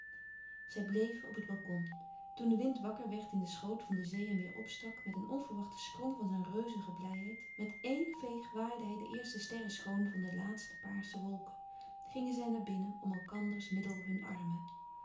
zij bleven op het balkon toen de wind wakker werd in den schoot van de zee en weêr opstak met een onverwachten sprong van zijn reuzige blijheid met éen veeg waaide hij de eerste sterren schoon van de laatste paarse wolken gingen zij naar binnen om elkanders middel hun armen